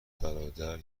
برادر